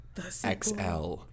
XL